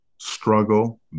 struggle